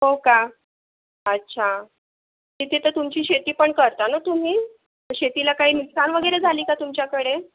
हो का अच्छा तिथे तर तुमची शेती पण करता ना तुम्ही शेतीला काही नुकसान वगैरे झाली का तुमच्याकडे